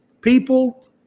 people